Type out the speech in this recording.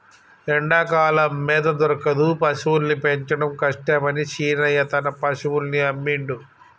ఎండాకాలం మేత దొరకదు పశువుల్ని పెంచడం కష్టమని శీనయ్య తన పశువుల్ని అమ్మిండు